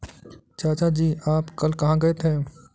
चाचा जी आप कल कहां गए थे?